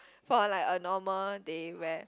for like a normal day where